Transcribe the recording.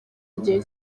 igihe